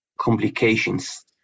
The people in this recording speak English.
complications